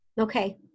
Okay